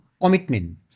Commitment